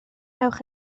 ewch